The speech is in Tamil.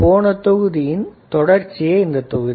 போன தொகுதியின் தொடர்ச்சியே இந்த தொகுதி